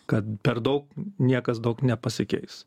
kad per daug niekas daug nepasikeis